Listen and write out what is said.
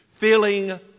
feeling